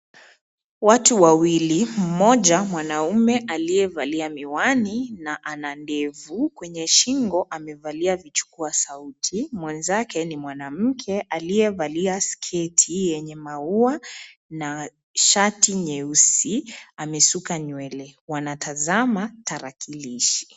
Watu wawili mmoja mwanaume aliyevaliwa miwani na ana ndevu na kwenye shingo wamevalia vichukua sauti mwenzake ni mwanamke aliye valia sketi yenye maua na shati nyeusi amesuka nywele wanatazama tarakilishi.